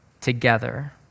together